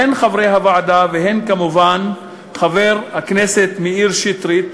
הן חברי הוועדה והן כמובן חבר הכנסת מאיר שטרית,